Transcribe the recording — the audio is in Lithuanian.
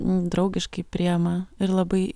draugiškai priima ir labai